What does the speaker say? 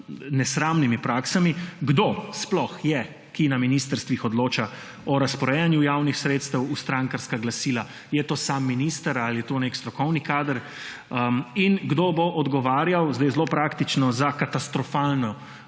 nesramnimi praksami? Kdo sploh je, ki na ministrstvih odloča o razporejanju javnih sredstev v strankarska glasila? Je to sam minister ali je to nek strokovni kader? Kdo bo odgovarjal za katastrofalno